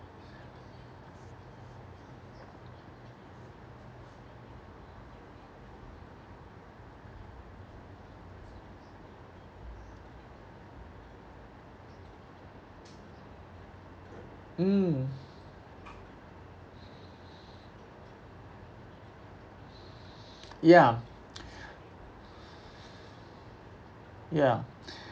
mm ya ya